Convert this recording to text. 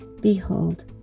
Behold